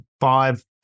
five